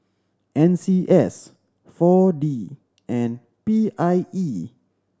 N C S Four D and P I E